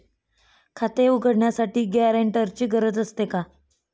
खाते उघडण्यासाठी गॅरेंटरची गरज असते का?